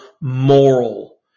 moral